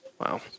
Wow